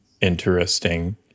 interesting